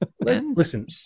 listen